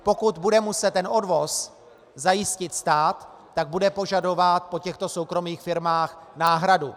Pokud bude muset odvoz zajistit stát, tak bude požadovat po těchto soukromých firmách náhradu.